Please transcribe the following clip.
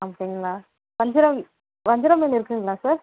அப்படிங்களா வஞ்சரம் வஞ்சரம் மீன் இருக்குங்களா சார்